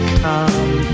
come